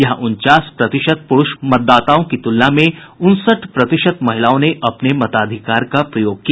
यहां उनचास प्रतिशत पुरूष मतदाताओं की तुलना में उनसठ प्रतिशत महिलाओं ने अपने मताधिकार का प्रयोग किया